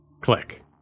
click